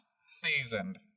seasoned